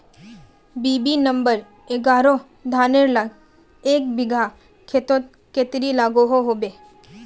BB number एगारोह धानेर ला एक बिगहा खेतोत कतेरी लागोहो होबे?